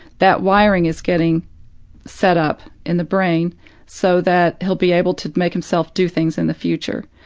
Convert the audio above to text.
that wiring is getting set up in the brain so that he'll be able to make himself do things in the future.